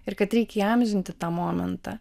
ir kad reikia įamžinti tą momentą